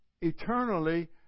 eternally